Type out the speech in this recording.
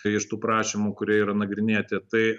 tai iš tų prašymų kurie yra nagrinėti tai